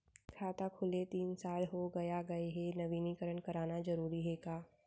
खाता खुले तीन साल हो गया गये हे नवीनीकरण कराना जरूरी हे का?